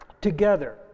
together